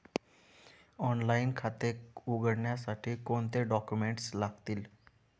Online खाते उघडण्यासाठी कोणते डॉक्युमेंट्स लागतील?